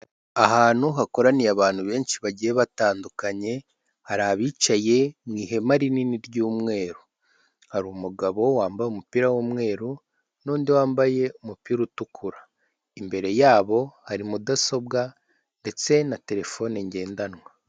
Ahantu hakoraniye abantu benshi bagiye batandukanye, hari abicaye mu ihema rinini ry'umweru. Hari umugabo wambaye umupira w'umweru n'undi wambaye umupira utukura. Imbere yabo, hari mudasobwa ndetse na terefone ngendanwa.